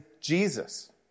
Jesus